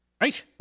Right